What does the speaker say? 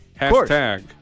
Hashtag